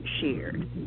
shared